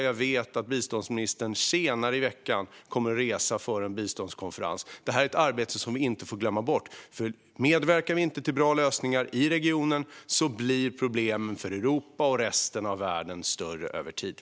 Jag vet att biståndsministern senare i veckan kommer att resa till en biståndskonferens. Detta är ett arbete som vi inte får glömma bort. Om vi inte medverkar till bra lösningar i regionen blir problemen för Europa och resten av världen över tid större.